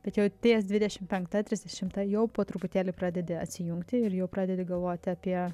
tačiau ties dvidešimt penkta trisdešimta jau po truputėlį pradedi atsijungti ir jau pradedi galvoti apie